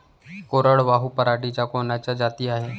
कोरडवाहू पराटीच्या कोनच्या जाती हाये?